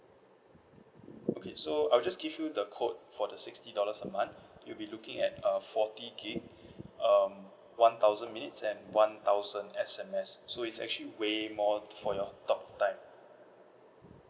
okay so I'll just give you the quote for the sixty dollars a month you'll be looking at uh forty gig um one thousand minutes and one thousand S_M_S so it's actually way more for your talk time